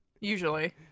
usually